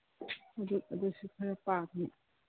ꯑꯗꯨ ꯑꯗꯨꯁꯨ ꯈꯔ ꯄꯥꯝꯃꯤ